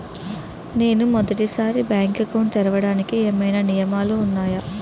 నేను మొదటి సారి బ్యాంక్ అకౌంట్ తెరవడానికి ఏమైనా నియమాలు వున్నాయా?